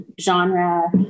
genre